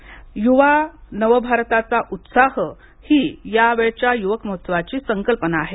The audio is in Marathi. युवा नवभारताचा उत्साह ही या वेळच्या युवक महोत्सवाची संकल्पना आहे